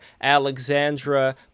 Alexandra